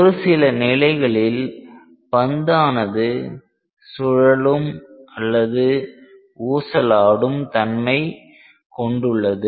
ஒரு சில நிலைகளில் பந்தானது சுழலும் அல்லது ஊசலாடும் தன்மை கொண்டுள்ளது